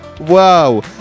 Wow